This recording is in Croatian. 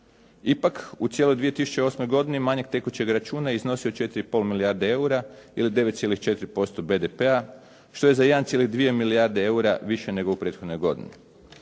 Ipak u cijeloj 2008. godini manjak tekućeg računa iznosio je 4,5 milijarde eura ili 9,4% BDP-a što je za 1,2 milijarde eura više nego u prethodnoj godini.